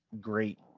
great